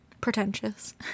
pretentious